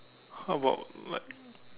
how about like